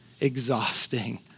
exhausting